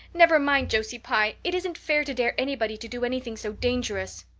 never mind josie pye. it isn't fair to dare anybody to do anything so dangerous.